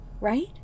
right